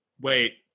Wait